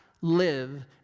live